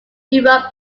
europe